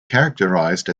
characterized